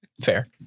Fair